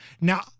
Now